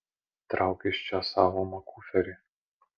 trauk iš čia savo makuferį